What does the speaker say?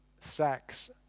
sex